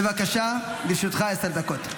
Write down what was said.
בבקשה, לרשותך עשר דקות.